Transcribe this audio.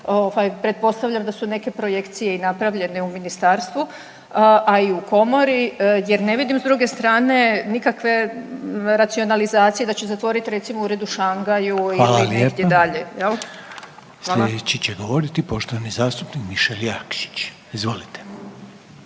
pretpostavljam da su neke projekcije i napravljene u ministarstvu, a i u Komori jer ne vidim s druge strane nikakve racionalizacije da će zatvoriti recimo ured u Shangaju ili negdje dalje. **Reiner, Željko (HDZ)** Hvala lijepa. Sljedeći će govoriti poštovani zastupnik Mišel Jakšić. Izvolite.